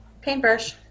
Paintbrush